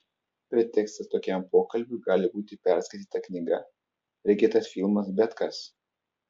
pretekstas tokiam pokalbiui gali būti perskaityta knyga regėtas filmas bet kas